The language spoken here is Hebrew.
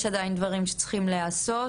יש עדיין דברים שצריכים להיעשות.